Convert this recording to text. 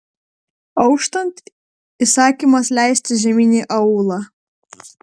auštant įsakymas leistis žemyn į aūlą